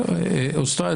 הממ"מ,